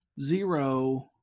zero